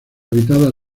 habitada